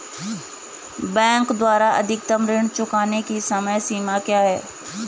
Bank द्वारा अधिकतम ऋण चुकाने की समय सीमा क्या है?